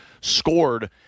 scored